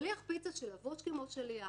שליח פיצה שלבוש כמו שליח,